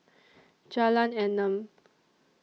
Jalan Enam